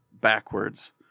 backwards